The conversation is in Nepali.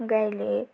गाईले